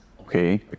Okay